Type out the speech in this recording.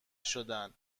شدن